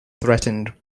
threatened